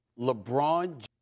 LeBron